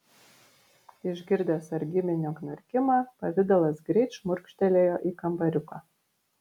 išgirdęs sargybinio knarkimą pavidalas greit šmurkštelėjo į kambariuką